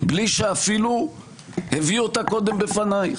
בלי שאפילו הביא אותה קודם בפנייך,